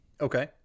Okay